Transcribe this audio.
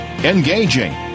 engaging